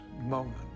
moment